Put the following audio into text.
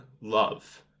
love